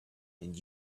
and